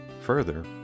Further